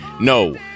no